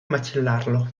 macellarlo